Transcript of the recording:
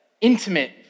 intimate